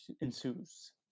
ensues